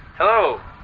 hello,